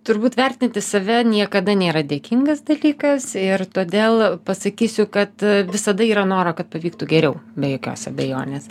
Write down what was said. turbūt vertinti save niekada nėra dėkingas dalykas ir todėl pasakysiu kad visada yra noro kad pavyktų geriau be jokios abejonės